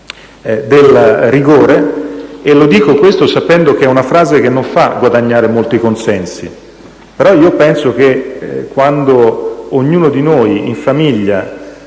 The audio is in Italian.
del rigore, e dico questo sapendo che è una frase che non fa guadagnare molti consensi. Nell'esperienza di ognuno di noi, in famiglia,